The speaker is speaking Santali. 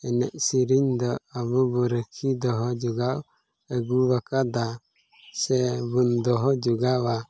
ᱮᱱᱮᱡ ᱥᱮᱨᱮᱧ ᱫᱚ ᱟᱵᱚ ᱵᱚᱱ ᱨᱟᱹᱠᱷᱤ ᱫᱚᱦᱚ ᱡᱚᱜᱟᱣ ᱟᱹᱜᱩ ᱟᱠᱟᱫᱟ ᱥᱮ ᱵᱚᱱ ᱫᱚᱦᱚ ᱡᱚᱜᱟᱣᱟ